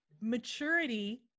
maturity